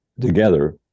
together